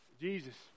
Jesus